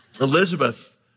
Elizabeth